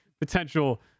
potential